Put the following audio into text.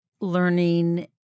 learning